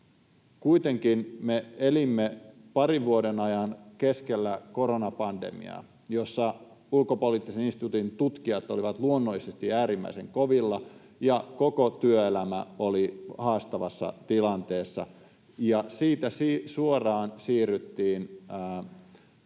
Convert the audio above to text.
kuitenkin me elimme parin vuoden ajan keskellä koronapandemiaa, jossa Ulkopoliittisen instituutin tutkijat olivat luonnollisesti äärimmäisen kovilla ja koko työelämä oli haastavassa tilanteessa, ja siitä suoraan siirryttiin